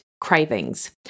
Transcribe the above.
Cravings